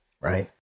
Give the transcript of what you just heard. right